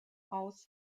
aus